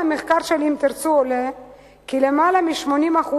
ממחקר סילבוסים של "אם תרצו" עולה כי למעלה מ-80%